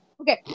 Okay